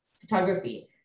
photography